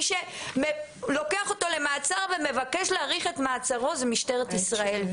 מי שלוקח אותו למעצר ומבקש להאריך את מעצרו זה משטרת ישראל.